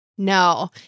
No